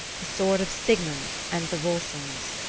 the sword of sigmund and the volsungs.